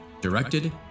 directed